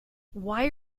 why